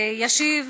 ישיב